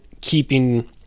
keeping